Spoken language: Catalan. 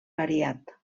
variat